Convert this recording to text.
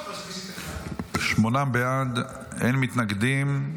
שמונה בעד, אין מתנגדים.